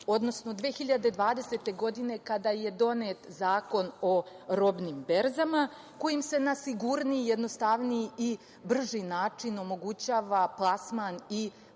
odnosno 2020. godine, kada je donet Zakon o robnim berzama, kojim se na sigurniji, jednostavniji i brži način omogućava plasman i prisustvo